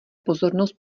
pozornost